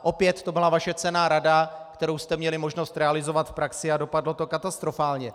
Opět to byla vaše cenná rada, kterou jste měli možnost realizovat v praxi, a dopadlo to katastrofálně.